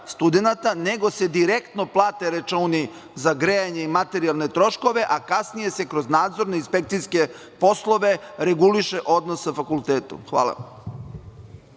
nego se direktno plate računi za grejanje i materijalne troškove, a kasnije se kroz nadzorno inspekcijske poslove reguliše odnos sa fakultetom. Hvala.